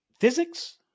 physics